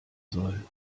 soll